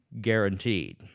guaranteed